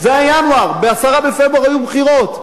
זה היה ינואר, ב-10 בפברואר היו בחירות.